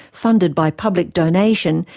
funded by public donation,